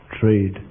Trade